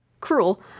Cruel